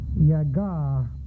Yaga